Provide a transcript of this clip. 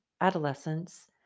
adolescence